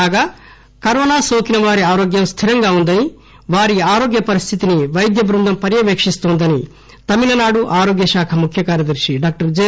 కాగా కరోనా నోకిన వారి ఆరోగ్యం స్థిరంగా వుందని వారి ఆరోగ్య పరిస్థితిని వైద్య బృందం పర్యవేకిస్తున్నట్టు తమిళనాడు ఆరోగ్యశాఖ ముఖ్య కార్యదర్శి డాక్టర్ జె